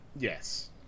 Yes